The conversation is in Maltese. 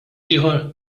ieħor